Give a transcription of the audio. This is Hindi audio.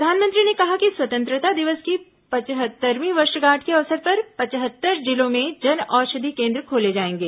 प्रधानमंत्री ने कहा कि स्वतंत्रता दिवस की पचहत्तरवीं वर्षगांठ के अवसर पर पचहत्तर जिलों में जन औषधि केन्द्र खोले जाएंगे